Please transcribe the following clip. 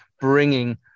bringing